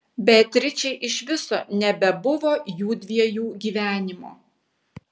beatričei iš viso nebebuvo jųdviejų gyvenimo